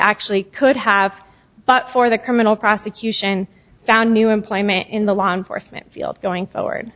actually could have but for the criminal prosecution found new employment in the law enforcement field going